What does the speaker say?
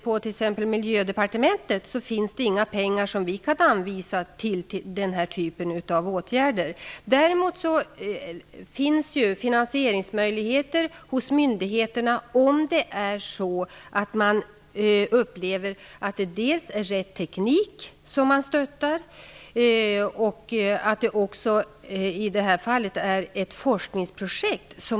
På t.ex. Miljödepartementet finns det inga pengar som vi kan anvisa till den här typen av åtgärder. Däremot finns det finansieringsmöjligheter hos myndigheterna, om de tycker att det är rätt teknik som man stöttar och att det också är ett forskningsprojekt.